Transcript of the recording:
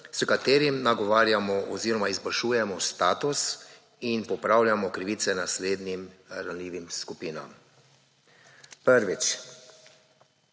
s katerim nagovarjamo oziroma izboljšujemo status in popravljamo krivice naslednjim ranljivim skupinam. Prvič.